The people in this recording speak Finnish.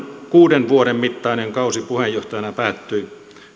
kuuden vuoden mittainen kausi puheenjohtajana päättyi